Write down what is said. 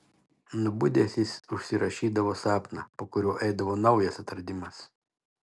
nubudęs jis užsirašydavo sapną po kurio eidavo naujas atradimas